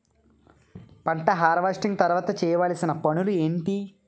పంట హార్వెస్టింగ్ తర్వాత చేయవలసిన పనులు ఏంటి?